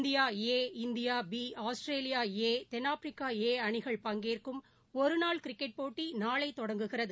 India A India B Australia A தென்னாப்பிரிக்கா ஏஅணிகள் பங்கேற்கும் ஒருநாள் கிரிக்கெட் போட்டிநாளைதொடங்குகிறது